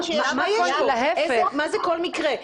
מה זה כל מקרה?